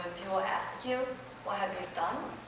people ask you, what have you done?